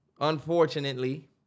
unfortunately